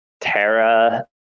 Terra